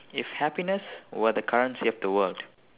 if happiness were the currency of the world